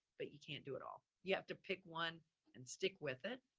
but you can't do it all. you have to pick one and stick with it,